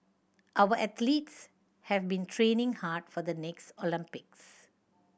our athletes have been training hard for the next Olympics